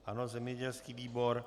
Ano, zemědělský výbor.